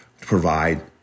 provide